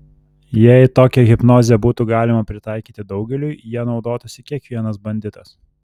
jei tokią hipnozę būtų galima pritaikyti daugeliui ja naudotųsi kiekvienas banditas